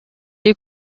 est